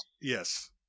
Yes